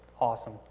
awesome